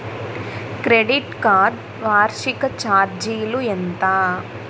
Credit card వార్షిక ఛార్జీలు ఎంత?